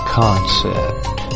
concept